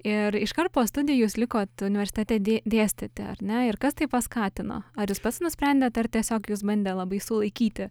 ir iškart po studi jūs likot universitete dė dėstyti ar ne ir kas tai paskatino ar jūs pats nusprendėt ar tiesiog jus bandė labai sulaikyti